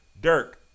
Dirk